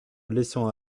laissant